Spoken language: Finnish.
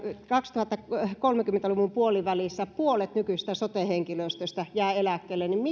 kaksituhattakolmekymmentä luvun puolivälissä puolet nykyisestä sote henkilöstöstä jää eläkkeelle